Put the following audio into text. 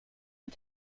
und